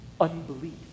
Unbelief